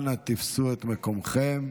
אנא, תפסו את מקומותיכם.